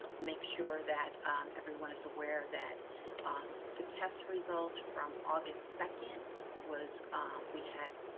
make sure that everyone is aware that ah um the test results from august second was we had